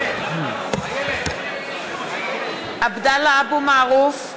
(קוראת בשמות חברי הכנסת) עבדאללה אבו מערוף,